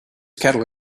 kettle